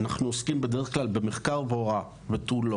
אנחנו בדרך כלל עוסקים במחקר ובהוראה ותו לא.